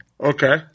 Okay